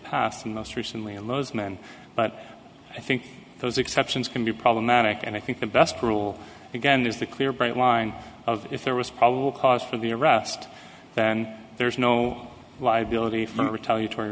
past and most recently in those men but i think those exceptions can be problematic and i think the best rule again is the clear bright line of if there was probable cause for the arrest then there is no liability for retaliatory